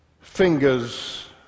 fingers